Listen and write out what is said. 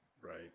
Right